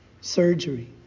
surgery